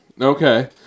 Okay